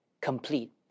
complete